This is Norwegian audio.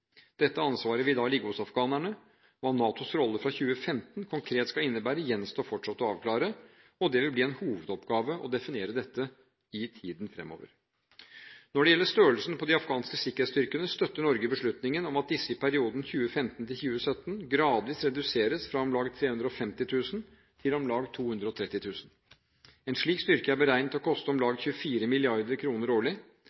Dette ansvaret vil da ligge hos afghanerne. Hva NATOs rolle fra 2015 konkret skal innebære, gjenstår fortsatt å avklare. Det vil bli en hovedoppgave å definere dette i tiden fremover. Når det gjelder størrelsen på de afghanske sikkerhetsstyrkene, støtter Norge beslutningen om at disse i perioden 2015–2017 gradvis reduseres fra om lag 350 000 til om lag 230 000. En slik styrke er beregnet til å koste om